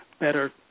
better